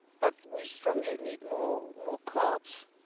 but we strongly need more more cops,